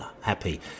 happy